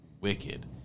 wicked